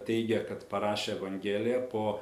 teigia kad parašė evangeliją po